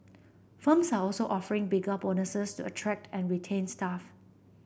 firms are also offering bigger bonuses to attract and retain staff